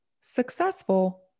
successful